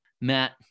Matt